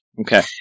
Okay